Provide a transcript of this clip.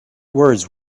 words